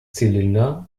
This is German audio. zylinder